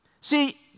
See